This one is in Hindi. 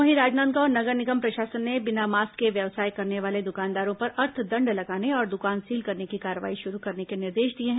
वहीं राजनांदगांव नगर निगम प्रशासन ने बिना मास्क के व्यवसाय करने वाले दुकानदारों पर अर्थदंड लगाने और दुकान सील करने की कार्रवाई शुरू करने के निर्देश दिए हैं